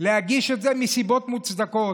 להגיש את זה, מסיבות מוצדקות.